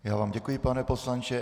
Já vám děkuji, pane poslanče.